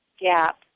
gap